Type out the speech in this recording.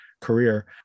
career